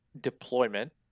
deployment